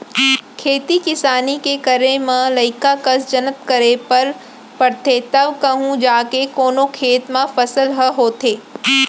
खेती किसानी के करे म लइका कस जनत करे बर परथे तव कहूँ जाके कोनो खेत म फसल ह होथे